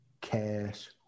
cash